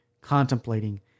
contemplating